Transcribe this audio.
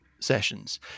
Sessions